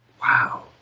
Wow